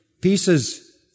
pieces